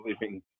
leaving